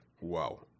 Wow